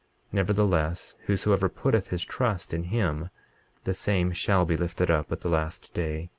nevertheless whosoever putteth his trust in him the same shall be lifted up at the last day.